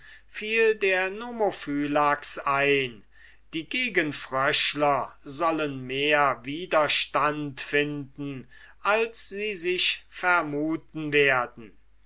fiel der nomophylax ein die gegenfröschler sollen mehr widerstand finden als sie sich vermuten waren